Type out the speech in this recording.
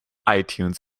itunes